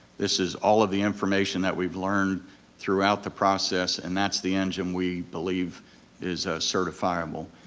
this is all of the information that we've learned throughout the process, and that's the engine we believe is certifiable.